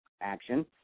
Action